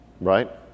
Right